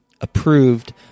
approved